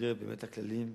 במסגרת הכללים,